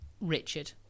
Richard